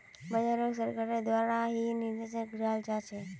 बाजारोक सरकारेर द्वारा ही निर्देशन कियाल जा छे